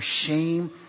shame